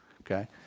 Okay